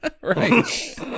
Right